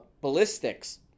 ballistics